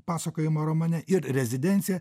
pasakojimą romane ir rezidenciją